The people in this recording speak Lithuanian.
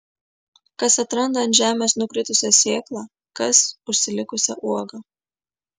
kas atranda ant žemės nukritusią sėklą kas užsilikusią uogą